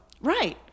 Right